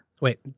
Wait